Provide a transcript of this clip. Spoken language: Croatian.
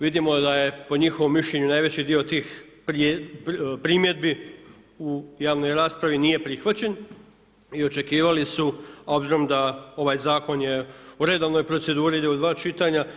Vidimo da je po njihovom mišljenju najveći dio tih primjedbi u javnoj raspravi nije prihvaćen i očekivali su, obzirom da ovaj Zakon u redovnoj proceduri, ide u dva čitanja.